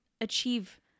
achieve